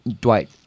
Dwight